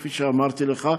כפי שאמרתי לך,